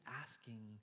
asking